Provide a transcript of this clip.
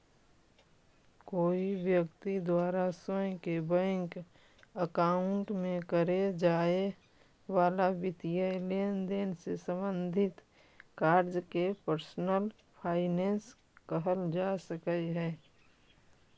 कोई व्यक्ति द्वारा स्वयं के बैंक अकाउंट में करे जाए वाला वित्तीय लेनदेन से संबंधित कार्य के पर्सनल फाइनेंस कहल जा सकऽ हइ